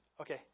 okay